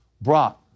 brought